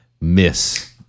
Miss